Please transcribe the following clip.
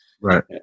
Right